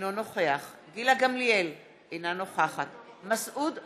אינו נוכח גילה גמליאל, אינה נוכחת מסעוד גנאים,